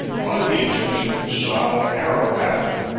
one of the egyptians shot an arrow at him,